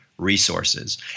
resources